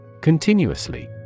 Continuously